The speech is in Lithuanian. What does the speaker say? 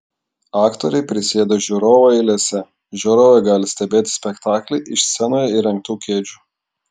aktoriai prisėda žiūrovų eilėse žiūrovai gali stebėti spektaklį iš scenoje įrengtų kėdžių